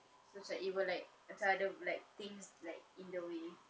so macam it will like macam ada like things like in the way